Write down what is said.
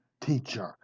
teacher